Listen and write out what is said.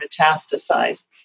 metastasize